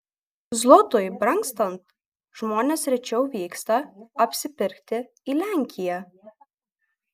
zlotui brangstant žmonės rečiau vyksta apsipirkti į lenkiją